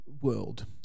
world